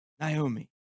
Naomi